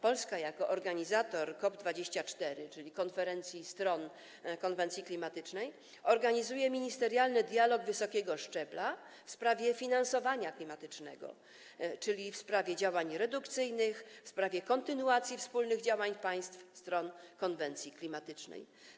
Polska jako organizator COP24, czyli Konferencji Stron konwencji klimatycznej, organizuje ministerialny dialog wysokiego szczebla w sprawie finansowania klimatycznego, czyli w sprawie działań redukcyjnych, w sprawie kontynuacji wspólnych działań państw stron konwencji klimatycznej.